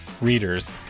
readers